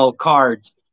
cards